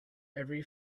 every